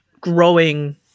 growing